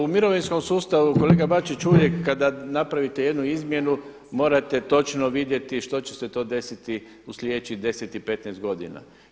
U mirovinskom sustavu, kolega Bačić, uvijek kada napravite jednu izmjenu morate točno vidjeti što će se to desiti u sljedećih 10 i 15 godina.